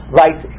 right